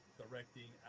directing